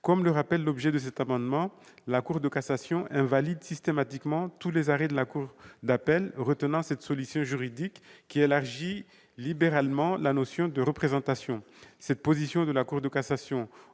souche. Néanmoins, l'objet de cet amendement le rappelle, la Cour de cassation invalide systématiquement tous les arrêts de la cour d'appel retenant cette solution juridique, qui élargit libéralement la notion de représentation. Cette position de la Cour de cassation,